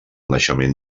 naixement